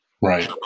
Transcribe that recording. Right